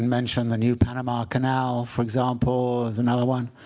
mention the new panama canal, for example, is another one.